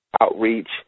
outreach